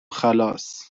خلاص